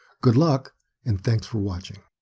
good luck and thanks for watching!